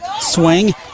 swing